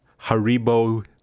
Haribo